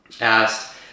asked